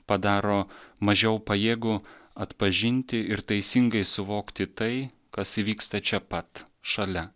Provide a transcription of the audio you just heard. padaro mažiau pajėgų atpažinti ir teisingai suvokti tai kas įvyksta čia pat šalia